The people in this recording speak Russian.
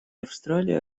австралия